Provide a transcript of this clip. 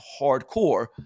hardcore